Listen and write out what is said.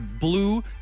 blue